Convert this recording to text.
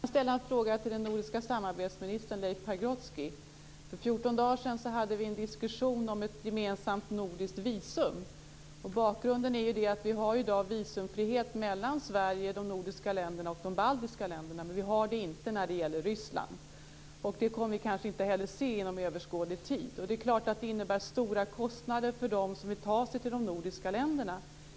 Fru talman! Jag skulle vilja ställa en fråga till den nordiska samarbetsministern Leif Pagrotsky. För 14 dagar sedan hade vi en diskussion om ett gemensamt nordiskt visum. Bakgrunden är den att vi har visumfrihet mellan Sverige, de nordiska länderna och de baltiska länderna. Men vi har det inte när det gäller Ryssland. Det kommer vi kanske heller inte att se inom överskådlig tid. Det innebär stora kostnader för dem som vill ta sig till de nordiska länderna.